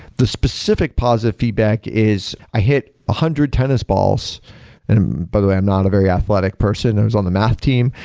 the specific positive feedback is, i hit a hundred tennis balls by the way, i'm not a very athletic person. i was on the math team.